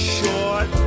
Short